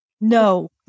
no